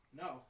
No